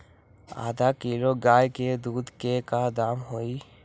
आधा किलो गाय के दूध के का दाम होई?